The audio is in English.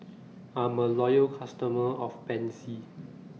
I'm A Loyal customer of Pansy